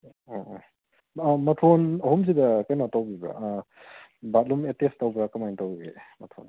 ꯑꯣ ꯑꯣ ꯃꯊꯣꯟ ꯑꯍꯨꯝꯁꯤꯗ ꯀꯩꯅꯣ ꯇꯧꯕꯤꯕ꯭ꯔꯥ ꯕꯥꯠꯔꯨꯝ ꯑꯦꯇꯦꯁ ꯇꯧꯕ꯭ꯔꯥ ꯀꯃꯥꯏꯅ ꯇꯧꯒꯦ ꯃꯊꯣꯅꯁꯦ